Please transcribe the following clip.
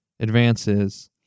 advances